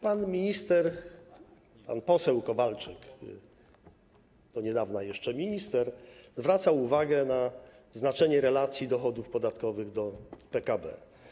Pan poseł Kowalczyk, do niedawna jeszcze minister, zwracał uwagę na znaczenie relacji dochodów podatkowych do PKB.